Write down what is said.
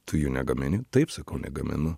tu jų negamini taip sakau negaminu